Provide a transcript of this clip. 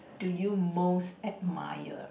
do you most admire